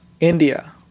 India